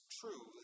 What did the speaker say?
true